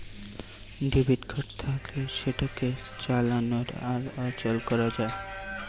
debit card থাকলে সেটাকে চালানো আর অচল করা যায়